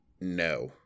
no